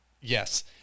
Yes